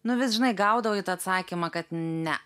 nu vis žinai gaudavai tą atsakymą kad ne